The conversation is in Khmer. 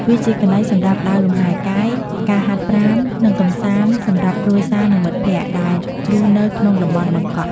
វាជាកន្លែងសម្រាប់ដើរលំហែកាយ ការហាត់ប្រាណ និងកម្សាន្តសម្រាប់គ្រួសារ និងមិត្តភក្តិ ដែលរស់នៅក្នុងតំបន់បឹងកក់។